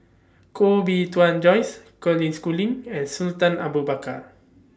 Koh Bee Tuan Joyce Colin Schooling and Sultan Abu Bakar